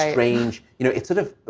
strange. you know, it's sort of.